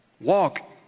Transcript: Walk